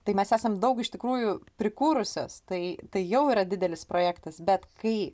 tai mes esam daug iš tikrųjų prikūrusios tai tai jau yra didelis projektas bet kai